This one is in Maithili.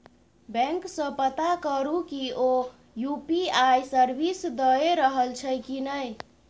बैंक सँ पता करु कि ओ यु.पी.आइ सर्विस दए रहल छै कि नहि